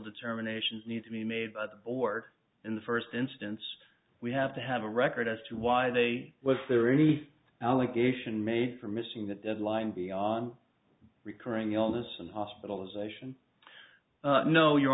determination need to be made by the board in the first instance we have to have a record as to why they was there any allegation made for missing the deadline be on recurring illness and hospitalization no you